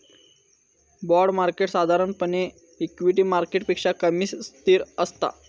bond market साधारणपणे equity मार्केटपेक्षा कमी अस्थिर असता